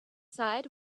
side